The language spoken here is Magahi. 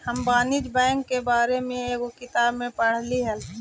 हम वाणिज्य बैंक के बारे में एगो किताब में पढ़लियइ हल